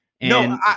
No